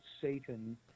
Satan